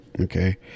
Okay